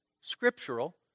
scriptural